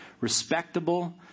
respectable